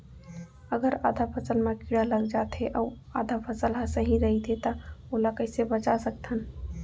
अगर आधा फसल म कीड़ा लग जाथे अऊ आधा फसल ह सही रइथे त ओला कइसे बचा सकथन?